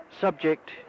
subject